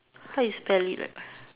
how you spell it like